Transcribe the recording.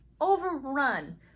overrun